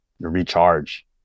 recharge